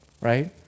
right